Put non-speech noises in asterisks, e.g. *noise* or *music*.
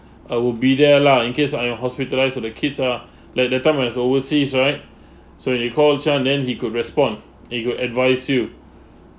uh would be there lah in case I am hospitalised with the kids lah *breath* like that time when's overseas right so you called chan then he could respond and could advice you